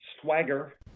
swagger